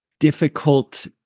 difficult